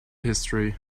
history